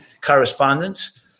correspondence